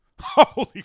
holy